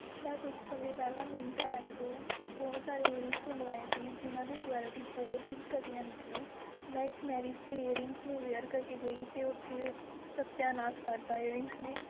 ਮੈਂ ਕੁਝ ਸਮੇਂ ਪਹਿਲਾਂ ਮਿੰਤਰਾਂ ਐਪ ਤੋਂ ਬਹੁਤ ਸਾਰੇ ਈਅਰਿੰਗਸ ਮੰਗਵਾਏ ਸੀ ਜਿਨ੍ਹਾਂ ਦੀ ਕੁਆਲਿਟੀ ਬਹੁਤ ਹੀ ਘਟੀਆ ਨਿਕਲੀ ਮੈਂ ਇੱਕ ਮੈਰਿਜ਼ 'ਤੇ ਈਅਰਿੰਗਸ ਨੂੰ ਵੇਅਰ ਕਰਕੇ ਗਈ ਅਤੇ ਉੱਥੇ ਉ ਸੱਤਿਆਨਾਸ ਕਰਤਾ ਈਅਰਿੰਗਸ ਨੇ